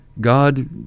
God